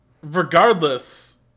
Regardless